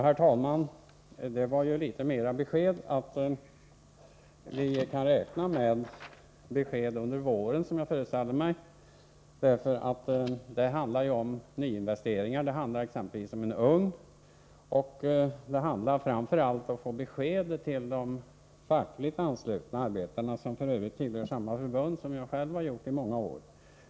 Herr talman! Det var ju litet klarare besked: Vi kan, som jag förstod det, räkna med beslut under våren. Det behövs, eftersom det handlar om att göra nyinvesteringar, exempelvis i en ugn. Och det är framför allt fråga om att lämna besked till arbetarna, som f. ö. är fackligt anslutna till det förbund som jag själv i många år tillhört.